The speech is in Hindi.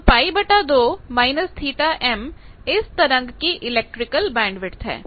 तो π2−θm इस तरंग की इलेक्ट्रिकल बैंडविथ है